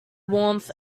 warmth